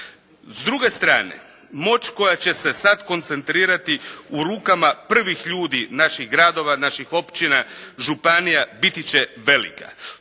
S druge strane moć koja će se sada koncentrirati u rukama prvih ljudi naših gradova, općina, županija biti će velika.